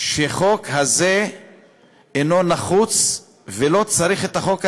שחוק זה אינו נחוץ ולא צריך את החוק הזה.